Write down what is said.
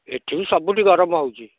ଏଠି ସବୁଠି ଗରମ ହେଉଛି